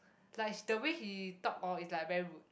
like he the way he talked hor is like very rude